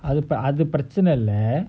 அதுஅதுபிரச்சனைஇல்ல:athu athu prachanai illa